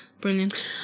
Brilliant